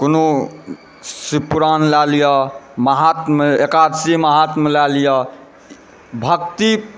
कोनो शिवपुराण लए लिअ माहात्म्य एकादशी महात्म लए लिअ भक्ति